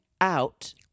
out